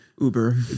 Uber